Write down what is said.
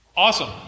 Awesome